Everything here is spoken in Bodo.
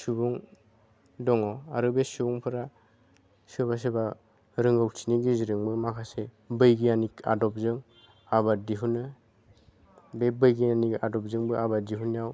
सुबुं दङ आरो बे सुबुंफोरा सोरबा सोरबा रोंगौथिनि गेजेरजोंबो माखासे बैगियानिक आदबजों आबाद दिहुनो बे बैगियानिक आदबजोंबो आबाद दिहुननायाव